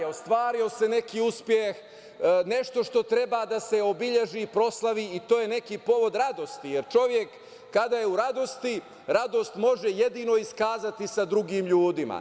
Ostvario se neki uspeh, nešto što treba da se obeleži, proslavi i to je neki povod radosti, jer čovek kada je u radosti, radost može jedino iskazati sa drugim ljudima.